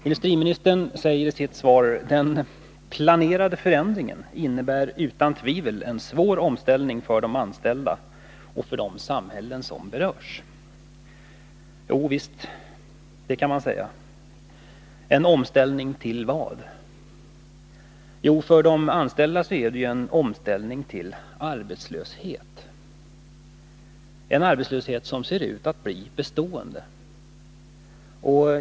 Industriministern säger i sitt svar: ”Den planerade förändringen innebär utan tvivel en svår omställning för de anställda och de samhällen som berörs.” Ja visst, detta kan ju sägas — en omställning till vad? Jo, för de anställda är det en omställning till arbetslöshet, en arbetslöshet som ser ut att bli bestående.